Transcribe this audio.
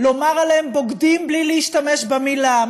לומר עליהם "בוגדים" בלי להשתמש במילה,